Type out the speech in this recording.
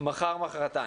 מחר או מחרתיים.